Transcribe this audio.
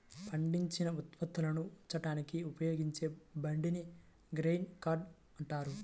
పండించిన ఉత్పత్తులను ఉంచడానికి ఉపయోగించే బండిని గ్రెయిన్ కార్ట్ అంటారు